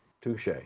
touche